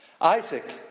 Isaac